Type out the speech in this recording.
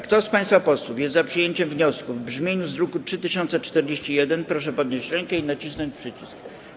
Kto z państwa posłów jest za przyjęciem wniosku w brzmieniu z druku nr 3041, proszę podnieść rękę i nacisnąć przycisk.